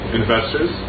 investors